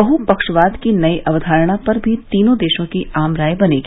बहुपक्षवाद की नई अवधारणा पर भी तीनों देशों की आम राय बनेगी